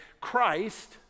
Christ